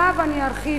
ועליו אני ארחיב,